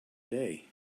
day